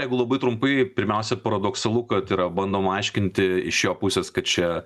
jeigu labai trumpai pirmiausia paradoksalu kad yra bandoma aiškinti iš jo pusės kad čia